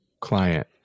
client